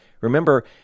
remember